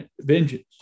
vengeance